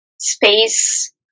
space